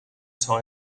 popular